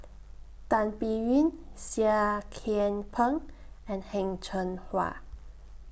Tan Biyun Seah Kian Peng and Heng Cheng Hwa